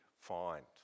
find